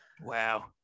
Wow